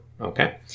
okay